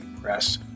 Press